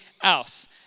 else